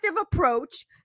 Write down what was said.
approach